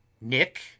Nick